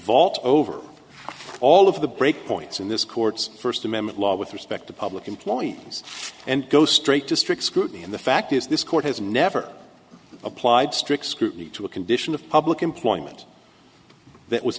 vault over all of the breakpoints in this court's first amendment law with respect to public employees and go straight to strict scrutiny and the fact is this court has never applied strict scrutiny to a condition of public employment that was